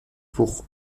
pour